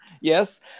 Yes